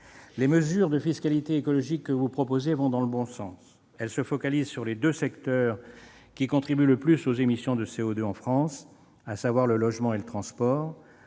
Les mesures de fiscalité écologique que vous proposez vont dans le bon sens. Elles se focalisent sur les deux secteurs qui contribuent le plus aux émissions de CO2 en France, à savoir le logement et le transport,